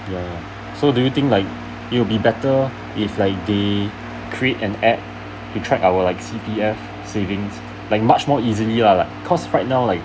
ya so do you think like you be better if like they create an app to track our like C_P_F savings like much more easily lah like cause right now like